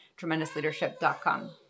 TremendousLeadership.com